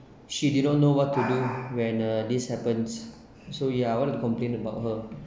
she didn't know what to do when uh this happens so ya I want to complain about her